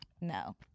No